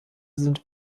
sind